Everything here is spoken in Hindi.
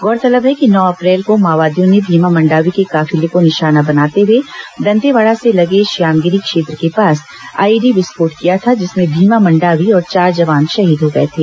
गौरतलब है कि नौ अप्रैल को माओवादियों ने भीमा मंडावी के काफिले को निशाना बनाते हुए दंतेवाड़ा से लगे श्यामगिरी क्षेत्र के पास आईईडी विस्फोट किया था जिसमें भीमा मंडावी और चार जवान शहीद हो गए थे